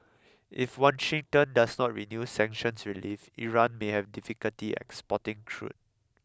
if Washington does not renew sanctions relief Iran may have difficulty exporting crude